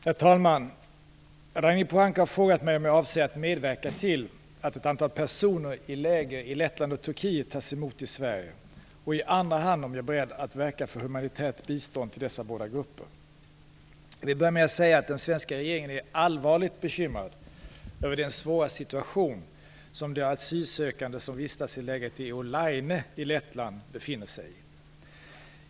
Herr talman! Ragnhild Pohanka har frågat mig om jag avser att medverka till att ett antal personer i läger i Lettland och Turkiet tas emot i Sverige och i andra hand om jag är beredd att verka för humanitärt bistånd till dessa både grupper. Jag vill börja med att säga att den svenska regeringen är allvarligt bekymrad över den svåra situation som de asylsökande som vistas i lägret i Olaine befinner sig i.